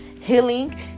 healing